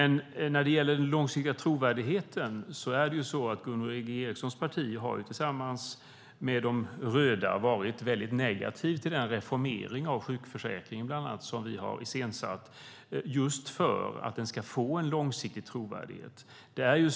När det gäller den långsiktiga trovärdigheten har Gunvor G Ericsons parti tillsammans med de röda varit negativa till den reformering av sjukförsäkringen, bland annat, som vi har iscensatt just för att den ska få en långsiktig trovärdighet.